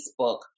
Facebook